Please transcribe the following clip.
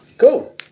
Cool